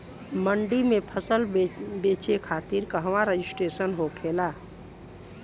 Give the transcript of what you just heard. मंडी में फसल बेचे खातिर कहवा रजिस्ट्रेशन होखेला?